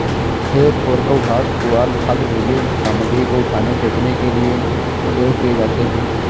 हे फोर्कव घास, पुआल, खाद, ढ़ीले सामग्री को उठाने, फेंकने के लिए उपयोग किए जाते हैं